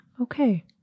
Okay